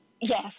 yes